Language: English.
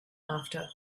after